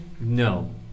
No